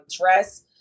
dress